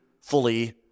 fully